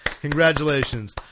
Congratulations